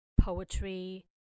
poetry